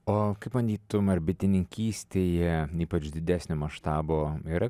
o kaip manytum ar bitininkystėj ypač didesnio maštabo yra